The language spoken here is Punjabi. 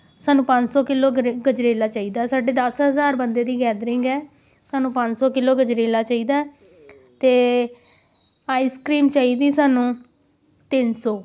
ਸਾਨੂੰ ਪੰਜ ਸੌ ਕਿਲੋ ਗਰੇ ਗਜਰੇਲਾ ਚਾਹੀਦਾ ਸਾਡੇ ਦਸ ਹਜ਼ਾਰ ਬੰਦੇ ਦੀ ਗੈਦਰਿੰਗ ਹੈ ਸਾਨੂੰ ਪੰਜ ਸੌ ਕਿਲੋ ਗਜਰੇਲਾ ਚਾਹੀਦਾ ਅਤੇ ਆਈਸ ਕ੍ਰੀਮ ਚਾਹੀਦੀ ਸਾਨੂੰ ਤਿੰਨ ਸੌ